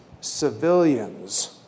civilians